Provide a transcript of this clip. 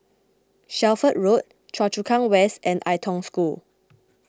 Shelford Road Choa Chu Kang West and Ai Tong School